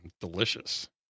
Delicious